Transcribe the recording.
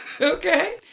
Okay